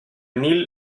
mil